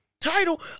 Title